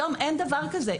היום אין דבר כזה,